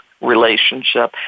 relationship